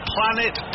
Planet